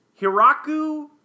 Hiraku